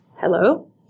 Hello